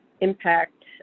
impact